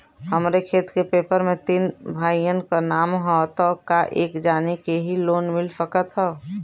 हमरे खेत के पेपर मे तीन भाइयन क नाम ह त का एक जानी के ही लोन मिल सकत ह?